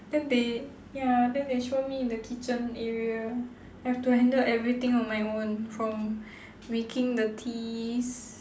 then they ya then they throw me in the kitchen area have to handle everything on my own from making the teas